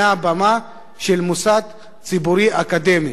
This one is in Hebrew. מהבמה של מוסד ציבורי אקדמי.